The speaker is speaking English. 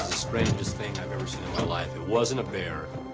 strangest thing i've ever seen in my life. it wasn't a bear.